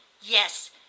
Yes